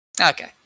Okay